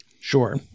Sure